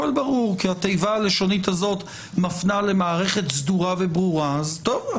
הכל ברור כי התיבה הלשונית הזאת מפנה למערכת סדורה וברורה אז טוב,